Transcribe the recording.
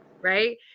right